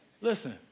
Listen